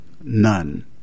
none